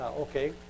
Okay